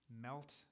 melt